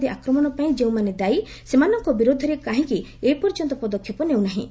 ଦୀ ଆକ୍ରମଣ ପାଇଁ ଯେଉଁମାନେ ଦାୟୀ ସେମାନଙ୍କ ବିରୁଦ୍ଧରେ କାହିଁକି ଏପର୍ଯ୍ୟନ୍ତ ପଦକ୍ଷେପ ନେଉନାହିଁ